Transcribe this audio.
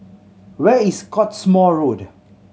where is Cottesmore Road